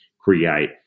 create